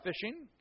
fishing